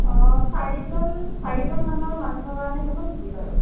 অ চাৰিজন চাৰিজন মানৰ মানুহৰ কাৰণে হ'ব নেকি বাৰু